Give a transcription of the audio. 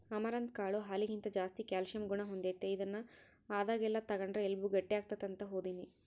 amaranth ಕಾಳು ಹಾಲಿಗಿಂತ ಜಾಸ್ತಿ ಕ್ಯಾಲ್ಸಿಯಂ ಗುಣ ಹೊಂದೆತೆ, ಇದನ್ನು ಆದಾಗೆಲ್ಲ ತಗಂಡ್ರ ಎಲುಬು ಗಟ್ಟಿಯಾಗ್ತತೆ ಅಂತ ಓದೀನಿ